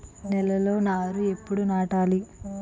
నేలలో నారు ఎప్పుడు నాటాలి?